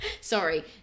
Sorry